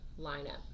lineup